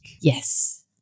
Yes